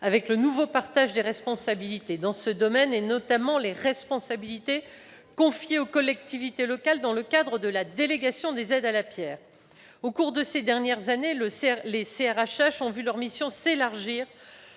avec le nouveau partage des responsabilités dans ce domaine, notamment compte tenu des responsabilités confiées aux collectivités locales dans le cadre de la délégation des aides à la pierre. Au cours des dernières années, les CRHH ont vu leur mission s'élargir